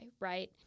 right